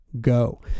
go